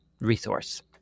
resource